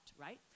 right